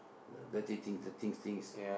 dirty things the things things